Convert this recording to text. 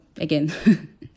again